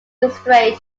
illustrate